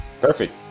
Perfect